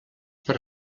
per